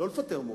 לא לפטר מורים,